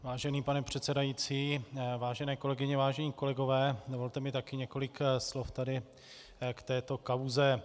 Vážený pane předsedající, vážené kolegyně, vážení kolegové, dovolte mi taky několik slov k této kauze.